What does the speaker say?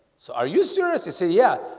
so are you serious? he said yeah,